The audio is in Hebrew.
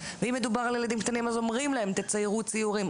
ואם מדובר על ילדים קטנים אז אומרים להם: תציירו ציורים.